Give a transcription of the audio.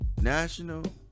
National